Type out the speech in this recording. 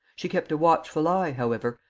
she kept a watchful eye, however,